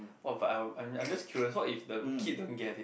!wah! but I am I am I am just curious what if the kid don't get it